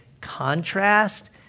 contrast